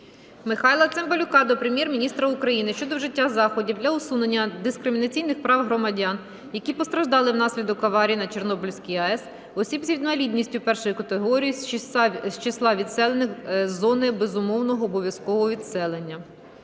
Михайла Цимбалюка до Прем'єр-міністра України щодо вжиття заходів для усунення дискримінації прав громадян, які постраждали внаслідок аварії на Чорнобильській АЕС, осіб з інвалідністю 1 категорії, з числа відселених з зони безумовного обов'язкового відселення.